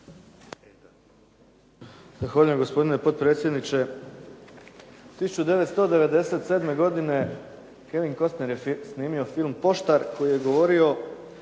Zahvaljujem gospodine potpredsjedniče. 1997. godine Kevin Costner je snimio film "Poštar" koji je govorio